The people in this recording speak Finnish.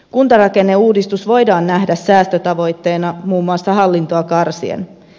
kuntarakenneuudistus voidaan nähdä säästötavoitteena muun muassa hallintoa karsien